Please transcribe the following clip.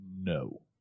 No